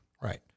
Right